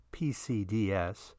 PCDS